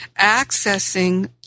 accessing